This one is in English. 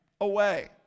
away